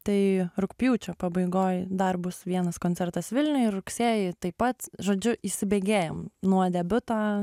tai rugpjūčio pabaigoj dar bus vienas koncertas vilniuj rugsėjį taip pat žodžiu įsibėgėjam nuo debiuto